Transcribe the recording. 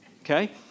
Okay